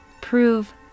prove